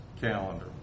calendar